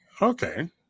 Okay